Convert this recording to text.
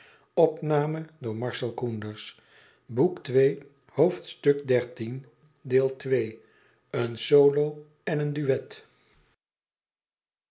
een solo en een duet